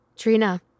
Trina